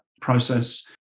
process